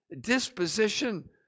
disposition